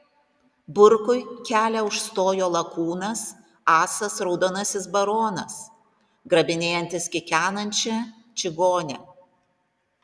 burkui kelią užstojo lakūnas asas raudonasis baronas grabinėjantis kikenančią čigonę